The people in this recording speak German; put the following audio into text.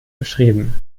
beschrieben